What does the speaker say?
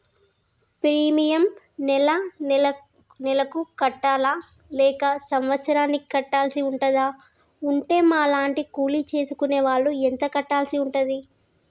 Premium నెల నెలకు కట్టాలా లేక సంవత్సరానికి కట్టాల్సి ఉంటదా? ఉంటే మా లాంటి కూలి చేసుకునే వాళ్లు ఎంత కట్టాల్సి ఉంటది?